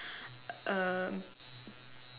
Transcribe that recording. uh